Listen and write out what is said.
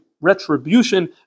retribution